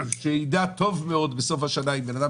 שיידע טוב מאוד בסוף השנה אם בן אדם